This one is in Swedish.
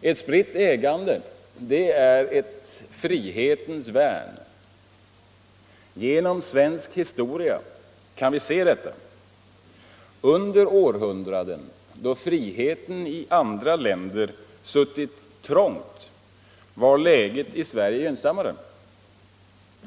Ett spritt ägande är ett frihetens värn. Genom svensk historia kan vi se detta. Under århundraden då friheten i andra länder suttit trångt var läget i Sverige gynnsammare.